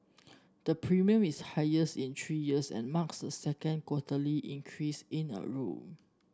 the premium is the highest in three years and marks the second quarterly increase in a row